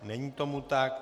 Není tomu tak.